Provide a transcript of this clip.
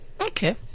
Okay